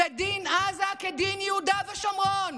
ודין עזה כדין יהודה ושומרון.